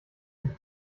die